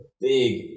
big